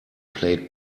played